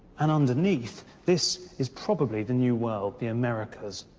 and underneath, this is probably the new world, the americas.